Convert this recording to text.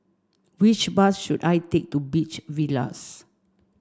which bus should I take to Beach Villas